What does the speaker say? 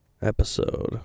episode